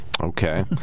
Okay